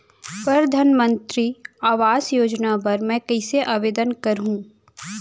परधानमंतरी आवास योजना बर मैं कइसे आवेदन करहूँ?